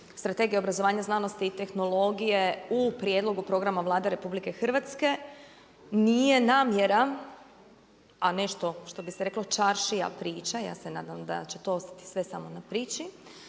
Strategije obrazovanja, znanosti i tehnologije u prijedlogu programa Vlade Republike Hrvatske nije namjera, a nešto što bi se reklo čaršija, priča. Ja se nadam da će to ostati sve samo na priči,